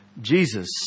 Jesus